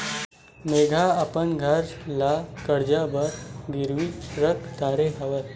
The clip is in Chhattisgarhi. मेहा अपन घर ला कर्जा बर गिरवी रख डरे हव